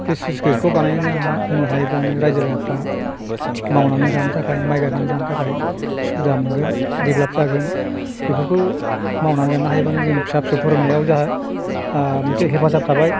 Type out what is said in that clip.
बे स्लुइस गेटखौ बानायना होनो हायोब्लानो रायजो राजाफ्रा मावनानै जानो थाखाय माइ गायनानै जानो थाखाय सुबिदा मोनगोन डेभेलप जागोन बेफोरखौ मावनानै जानो हायोब्लानो जों फिसा फिसौ फोरोंनायाव जाहा मोनसे हेफाजाब थाबाय